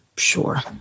Sure